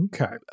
Okay